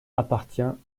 appartient